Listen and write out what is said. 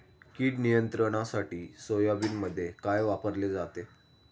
कीड नियंत्रणासाठी सोयाबीनमध्ये काय वापरले जाते?